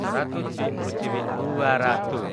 seratu ciwimpuru ciwi, duaratu.